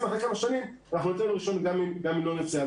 אחרי כמה שנים ניתן לו רישיון גם אם לא נרצה.